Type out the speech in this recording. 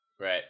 Right